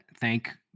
thank